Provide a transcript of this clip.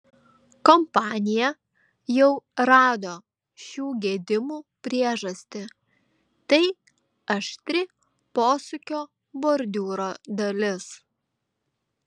kompanija jau rado šių gedimų priežastį tai aštri posūkio bordiūro dalis